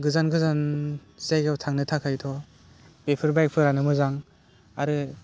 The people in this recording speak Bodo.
गोजान गोजान जायगायाव थांनो थाखायथ' बेफोर बाइकफोरानो मोजां आरो